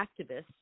activists